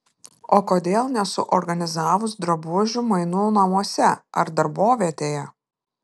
o kodėl nesuorganizavus drabužių mainų namuose ar darbovietėje